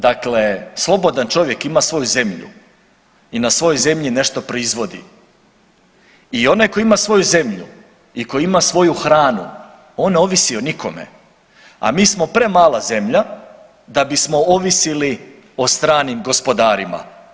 Dakle, slobodan čovjek ima svoju zemlju i na svojoj zemlji nešto proizvodi i onaj koji ima svoju zemlju i koji ima svoju hranu on ne ovisi o nikome, a mi smo premala zemalja da bismo ovisili o stranim gospodarima.